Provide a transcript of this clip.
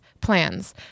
plans